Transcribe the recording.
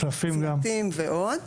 צמתים ועוד,